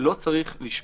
לא צריך לשכוח,